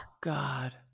God